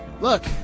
Look